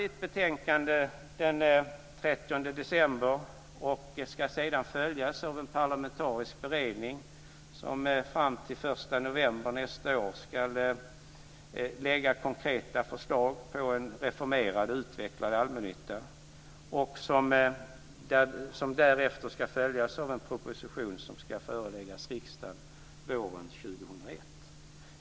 30 december, och ska sedan följas av en parlamentarisk beredning som fram till den 1 november nästa år ska lägga fram konkreta förslag på en reformerad och utvecklad allmännytta. Detta ska därefter följas av en proposition som ska föreläggas riksdagen våren 2001.